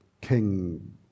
king